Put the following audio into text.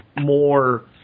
more